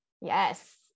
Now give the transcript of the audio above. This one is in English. Yes